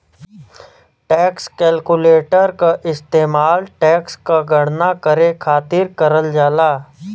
tax calculator क इस्तेमाल tax क गणना करे खातिर करल जाला